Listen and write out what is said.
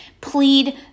plead